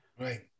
Right